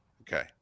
Okay